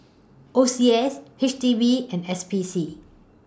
O C S H D B and S P C